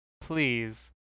Please